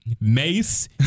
Mace